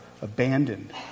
abandoned